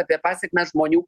apie pasekmes žmonių